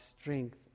strength